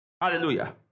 Hallelujah